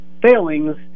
failings